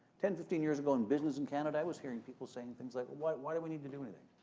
ten, fifteen years ago in business in canada, i was hearing people saying things like, why why do we need to do anything?